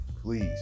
Please